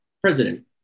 president